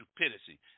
stupidity